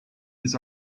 his